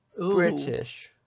British